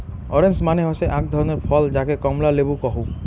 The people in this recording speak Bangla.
অরেঞ্জ মানে হসে আক ধরণের ফল যাকে কমলা লেবু কহু